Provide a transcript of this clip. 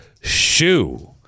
shoe